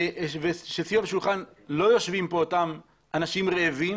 ושסביב השולחן לא יושבים פה אותם אנשים רעבים